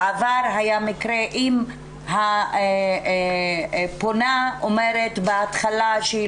בעבר היה מקרה שאם הפונה אומרת בהתחלה שהיא